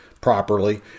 properly